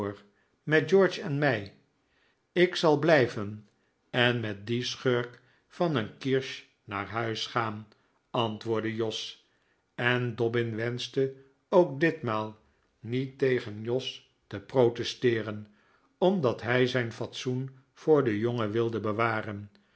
met george en mij ik zal blijven en met dien schurk van een kirsch naar huis gaan antwoordde jos en dobbin wenschte ook ditmaal niet tegen jos te protesteeren omdat hij zijn fatsoen voorden jongen wilde bewaren